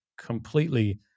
completely